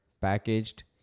packaged